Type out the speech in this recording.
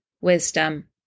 Wisdom